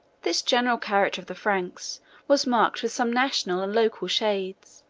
this general character of the franks was marked with some national and local shades,